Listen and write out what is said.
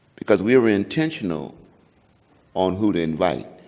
because we were intentional on who to invite.